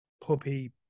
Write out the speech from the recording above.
puppy